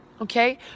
Okay